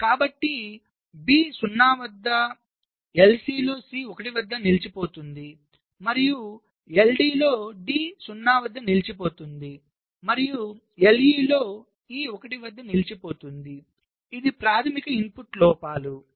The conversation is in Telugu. కాబట్టి B 0 వద్ద LC లో C 1 వద్ద నిలిచిపోతుంది మరియు LD లో D 0 వద్ద నిలిచిపోతుంది మరియు LE లో E1 వద్ద నిలిచిపోతుంది ఇవి ప్రాధమిక ఇన్పుట్ లోపాలు